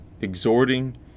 exhorting